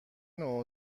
نوع